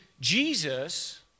Jesus